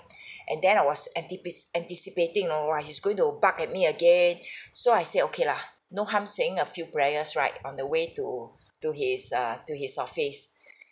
and then I was antipis~ anticipating you know !wah! he's going to bark at me again so I said okay lah no harm saying a few prayers right on the way to to his err to his office